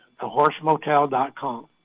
thehorsemotel.com